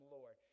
Lord